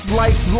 life